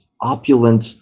opulent